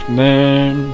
man